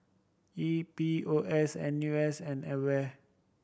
E P O S N U S and AWARE